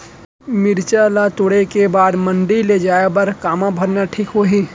मिरचा ला तोड़े के बाद मंडी ले जाए बर का मा भरना ठीक होही?